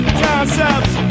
concepts